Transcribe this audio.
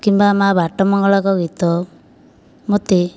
କିମ୍ବା ମାଆ ବାଟମଙ୍ଗଳା ଙ୍କ ଗୀତ ମୋତେ